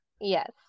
Yes